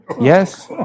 Yes